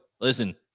Listen